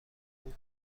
خوب